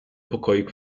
pokoik